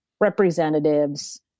representatives